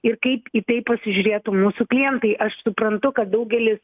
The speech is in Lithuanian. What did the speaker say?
ir kaip į tai pasižiūrėtų mūsų klientai aš suprantu kad daugelis